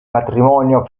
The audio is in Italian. matrimonio